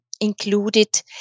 included